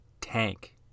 tank